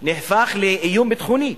הפך לאיום ביטחוני,